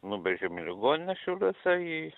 nuvežėm į ligoninę šiauliuose į